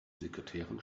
sekretärin